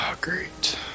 great